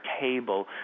table